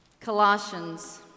Colossians